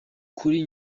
kuri